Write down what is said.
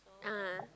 ah